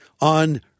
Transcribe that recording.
on